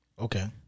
Okay